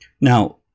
Now